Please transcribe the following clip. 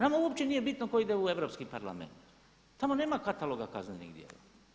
Nama uopćenije bitno tko ide u Europski parlament, tamo nema kataloga kaznenih djela.